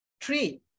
three